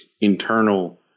internal